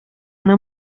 una